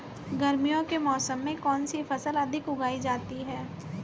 गर्मियों के मौसम में कौन सी फसल अधिक उगाई जाती है?